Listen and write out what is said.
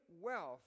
wealth